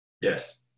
Yes